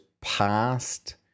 past